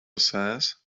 says